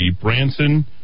Branson